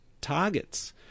targets